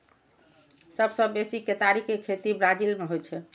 सबसं बेसी केतारी के खेती ब्राजील मे होइ छै